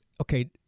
okay